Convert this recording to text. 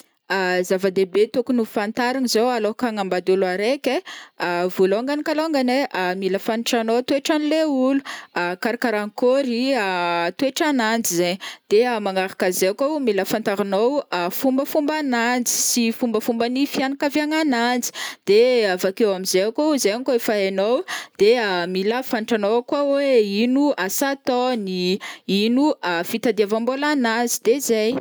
Zava-dehibe tokony ho fantarigny zao alôka hanambady ôlo araiky ai, vôloangany kalongany ai mila fantatranô toetranle olo, karakarankôry toetragnanjy zay, de magnaraka zay kô mila fantarinao fombafombananjy sy fombafomban'ny fianakaviagnananjy de avakeo amzay kô zegny kô fa efa ainô de mila fatatranaô kô oe ino asa ataony ino fitadiavambolan'azy de zay.